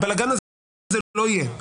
הבלגאן הזה לא יהיה.